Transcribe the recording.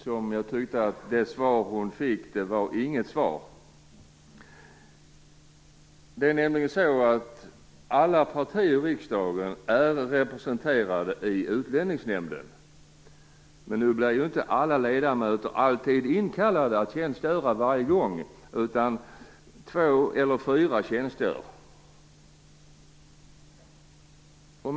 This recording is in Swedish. Jag tyckte att det svar hon fick inte var något svar. Alla partier i riksdagen är representerade i utlänningsnämnden. Men alla ledamöter blir inte inkallade att tjänstgöra varje gång. Det brukar vara två eller fyra som tjänstgör.